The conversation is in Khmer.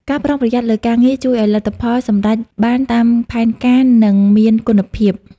ការប្រុងប្រយ័ត្នលើការងារ ជួយឱ្យលទ្ធផលសម្រេចបានតាមផែនការ និងមានគុណភាព។